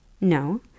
no